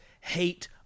hate